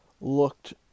looked